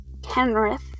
Kenrith